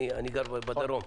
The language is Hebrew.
אני גר בדרום.